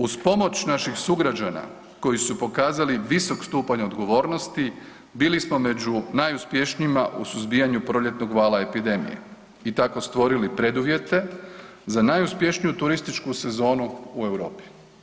Uz pomoć naših sugrađana koji su pokazali visok stupanj odgovornosti, bili smo među najuspješnijima u suzbijanju proljetnog vala epidemije i tako stvorili preduvjete za najuspješniju turističku sezonu u Europi.